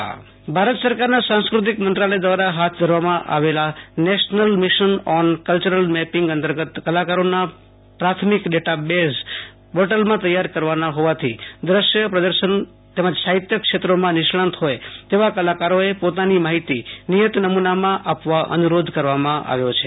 આશુ તોષ અંતાણી કચ્છ કલાકારોનો ડેટાબેઝ ભારત સરકારના સંસ્કૃતિક મંત્રાલય દ્વારા હાથ ધરવામાં આવેલા national mission on cultural mapping અંતર્ગત કલાકારોના પ્રાથમિક ડેટાબેઝ પોર્ટલમાં તૈયાર કરવાના હોવાથી દ્રશ્ય સાહિત્ય પ્રદર્શન ક્ષેત્રોમાં નિષ્ણાંત હોય તેવા કલાકારોએ પોતાની માહિતી નિયત નમ્ નામાં આપવા અનુ રોધ કરવામાં આવ્યો છે